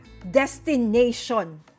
Destination